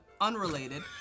unrelated